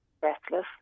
breathless